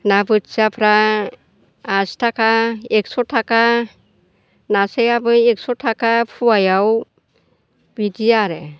ना बोथियाफ्रा आसि थाखा एखस' थाखा नास्रायाबो एखस'थाखा फवायाव बिदि आरो